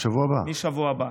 מהשבוע הבא.